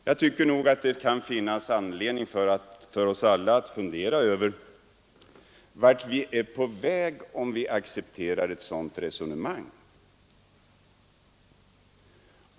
Jag tycker nog att det kan finnas anledning för oss alla att fundera över vart vi är på väg, om vi accepterar ett sådant resonemang.